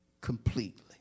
completely